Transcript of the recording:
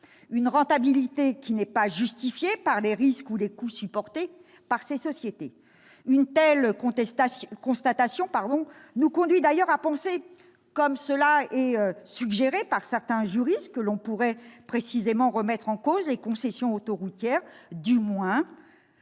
une rentabilité qui n'est pas justifiée par les risques ou les coûts supportés par ces sociétés. Une telle constatation nous conduit d'ailleurs à penser, comme cela est suggéré par certains juristes, que l'on pourrait précisément remettre en cause les concessions autoroutières- du moins